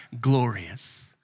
glorious